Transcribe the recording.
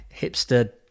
hipster